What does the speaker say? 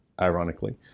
ironically